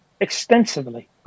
extensively